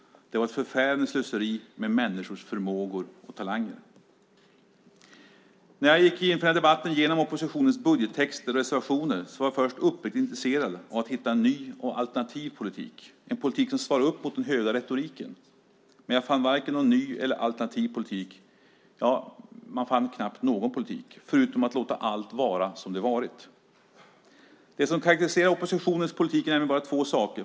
Det var ett förfärande slöseri med människors förmågor och talanger. När jag inför denna debatt gick igenom oppositionens budgettexter och reservationer var jag först uppriktigt intresserad av att hitta en ny och alternativ politik, en politik som svarar mot den höga retoriken. Men jag fann varken någon ny eller alternativ politik. Jag fann knappt någon politik, förutom att man vill låta allt vara som det har varit. Det som karakteriserar oppositionens politik är nämligen bara två saker.